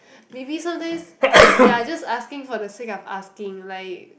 maybe sometimes you're just asking for the sake of asking like